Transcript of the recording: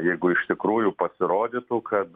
jeigu iš tikrųjų pasirodytų kad